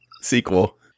sequel